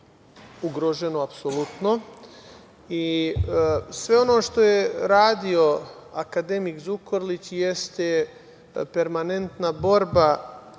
ugroženo, apsolutno. Sve ono što je radio akademik Zukorlić jeste permanentna borba